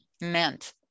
meant